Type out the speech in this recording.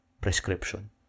prescription